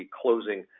closing